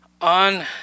on